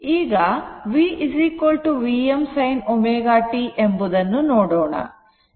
ಈಗ V Vm sin ω t ಎಂಬುದನ್ನು ನೋಡೋಣ